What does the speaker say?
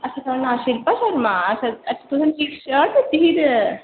अच्छा थुआढ़ा नांऽ शिल्पा शर्मा अच्छा अच्छा तुसें मिकी सलवार दित्ती ही